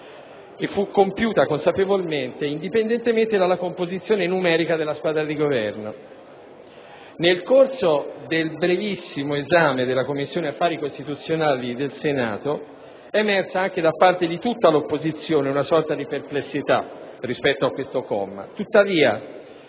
fu compiuta consapevolmente, indipendentemente dalla composizione numerica della squadra di Governo. Nel corso del brevissimo esame della Commissione affari costituzionali del Senato è emersa da parte di tutta l'opposizione una sorta di perplessità rispetto a questo comma.